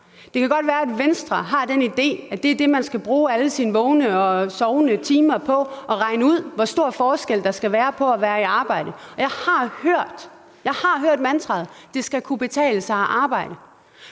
Det kan godt være, at Venstre har den idé, at man skal bruge alle sine vågne og sovende timer på at regne ud, hvor stor forskel der skal være på at være i arbejde og på ikke at være det. Jeg har hørt mantraet: Det skal kunne betale sig at arbejde.